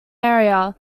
area